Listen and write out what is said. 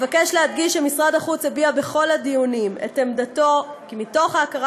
אבקש להדגיש שמשרד החוץ הביע בכל הדיונים את עמדתו שמתוך הכרה